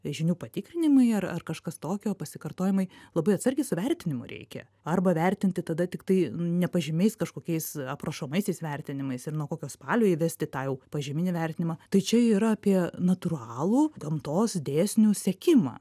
žinių patikrinimai ar ar kažkas tokio pasikartojimai labai atsargiai su vertinimu reikia arba vertinti tada tiktai ne pažymiais kažkokiais aprašomaisiais vertinimais ir nuo kokio spalio įvesti tą jau pažyminį vertinimą tai čia yra apie natūralų gamtos dėsnių sekimą